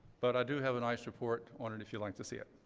but i do have a nice report on it if you'd like to see it.